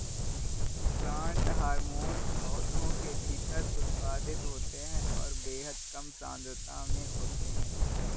plant hormone पौधों के भीतर उत्पादित होते हैंऔर बेहद कम सांद्रता में होते हैं